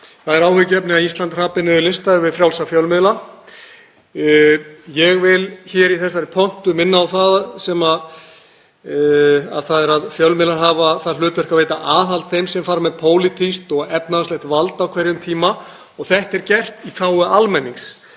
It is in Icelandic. Það er áhyggjuefni að Ísland hrapi niður listann yfir frjálsa fjölmiðla. Ég vil hér í þessari pontu minna á að fjölmiðlar hafa það hlutverk að veita aðhald þeim sem fara með pólitískt og efnahagslegt vald á hverjum tíma og þetta er gert í þágu almennings,